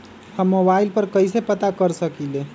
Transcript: हम मोबाइल पर कईसे पता कर सकींले?